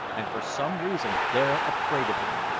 and for some reason they're afraid of him.